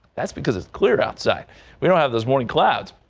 that's because it's clear outside we don't have those morning clouds.